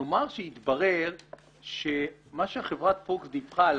נאמר שהתברר שמה שחברת פוקס דיווחה על